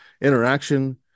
Interaction